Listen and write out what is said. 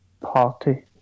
Party